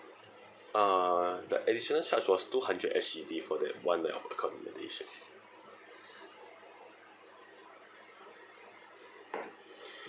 uh the additional charge was two hundred S_G_D for that one night of accommodation